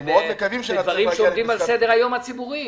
בדברים שעומדים על סדר היום הציבורי,